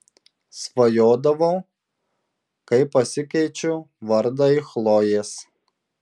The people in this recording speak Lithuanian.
svajodavau kaip pasikeičiu vardą į chlojės